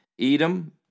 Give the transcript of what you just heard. Edom